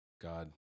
God